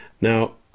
now